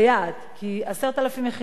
כי 10,000 יחידות של מעונות סטודנטים,